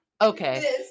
okay